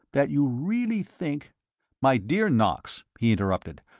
that you really think my dear knox, he interrupted,